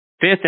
fifth